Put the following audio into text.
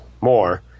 more